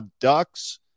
ducks